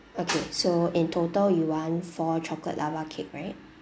okay so in total you want four chocolate lava cake right